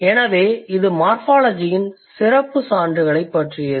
எனவே இது மார்ஃபாலஜியின் சிறப்பு சான்றுகளைப் பற்றியது